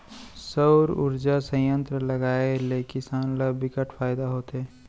सउर उरजा संयत्र लगाए ले किसान ल बिकट फायदा हे